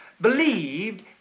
believed